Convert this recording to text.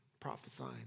prophesying